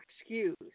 excuse